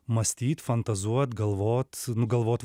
mąstyt fantazuot galvot nu galvot